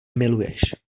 miluješ